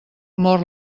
mor